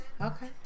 okay